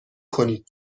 کنید